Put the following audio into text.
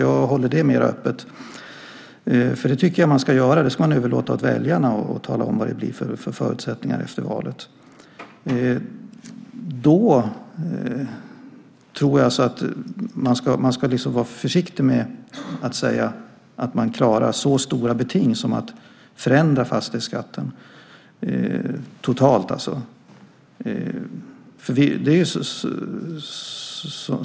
Jag håller det mer öppet, för jag tycker att man ska överlåta åt väljarna att tala om vad det blir för förutsättningar efter valet. Jag tror att man ska vara försiktig med att säga att man klarar så stora beting som att förändra fastighetsskatten totalt.